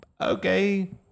okay